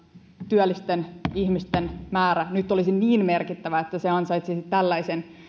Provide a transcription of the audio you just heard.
työllisten ihmisten määrä nyt olisi niin merkittävä että se ansaitsisi tällaisen